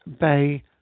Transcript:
Bay